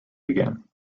began